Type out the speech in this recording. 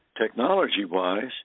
technology-wise